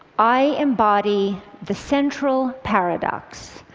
i embody the central paradox.